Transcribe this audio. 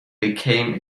became